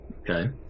Okay